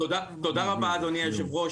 רבה אדוני היושב ראש.